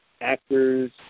actors